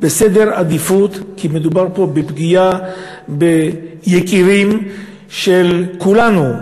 כי מדובר פה בפגיעה ביקירים של כולנו.